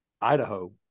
Idaho